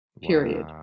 period